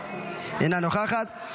אינה נוכחת,